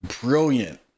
brilliant